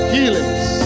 Healings